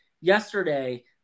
yesterday